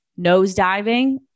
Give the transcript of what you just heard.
nosediving